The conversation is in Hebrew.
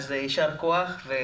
אז יישר כוח.